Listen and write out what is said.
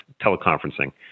teleconferencing